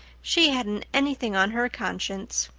she hadn't anything on her conscience.